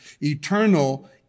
eternal